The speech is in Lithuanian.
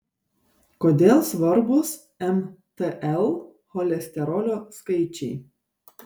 kodėl svarbūs mtl cholesterolio skaičiai